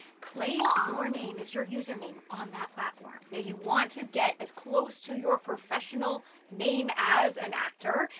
claim your name as your username, on that platform. now you want to get as close to your professional name, as an actor,